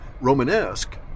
Romanesque